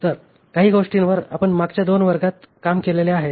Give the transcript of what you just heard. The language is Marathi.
तर काही गोष्टींवर आपण मागच्या दोन वर्गात काम केलेले आहे